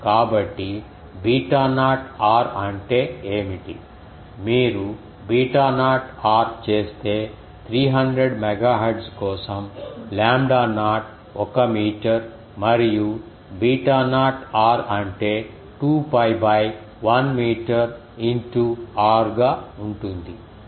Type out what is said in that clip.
కాబట్టి beta naught r అంటే ఏమిటి మీరు బీటా నాట్ r చేస్తే 300 MHz కోసం లాంబ్డా నాట్ ఒక మీటర్ మరియు బీటా నాట్ r అంటే 2 π1 మీటర్ ఇన్ టూ r గా ఉంటుంది